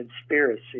conspiracy